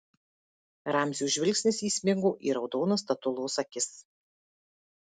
ramzio žvilgsnis įsmigo į raudonas statulos akis